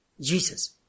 Jesus